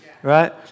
Right